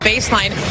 baseline